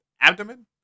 abdomen